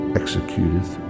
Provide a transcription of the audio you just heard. executeth